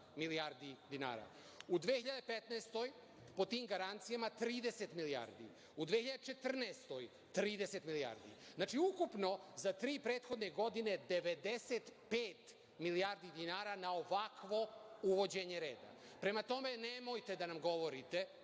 milijardi dinara.U 2015. godini po tim garancijama 30 milijardi, u 2014. godini 13 milijardi. Znači, ukupno za tri prethodne godine 95 milijardi dinara na ovakvo uvođenje reda. Prema tome, nemojte da nam govorite